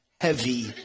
heavy